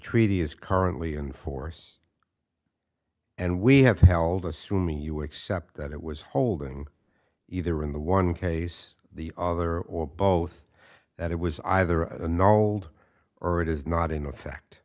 treaty is currently in force and we have held assuming you were except that it was holding either in the one case the other or both that it was either a normal or it is not in effect